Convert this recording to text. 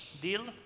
Deal